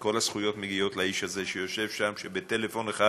וכל הזכויות מגיעות לאיש שיושב שם, שבטלפון אחד